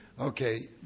Okay